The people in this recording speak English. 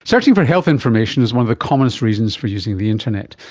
searching for health information is one of the commonest reasons for using the internet.